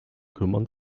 kümmern